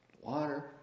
water